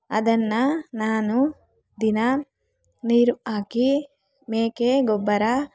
ಅದನ್ನು ನಾನು ದಿನಾ ನೀರು ಹಾಕಿ ಮೇಕೆ ಗೊಬ್ಬರ